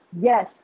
yes